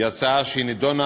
היא הצעה שנדונה